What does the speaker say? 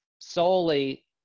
solely